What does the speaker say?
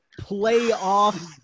playoff